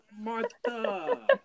Martha